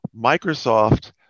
Microsoft